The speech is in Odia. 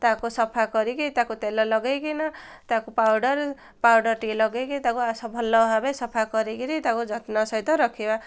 ତାକୁ ସଫା କରିକି ତାକୁ ତେଲ ଲଗେଇକିନା ତାକୁ ପାଉଡ଼ର ପାଉଡ଼ର ଟିକେ ଲଗେଇକି ତାକୁ ଆସ ଭଲ ଭାବେ ସଫା କରିକିରି ତାକୁ ଯତ୍ନ ସହିତ ରଖିବା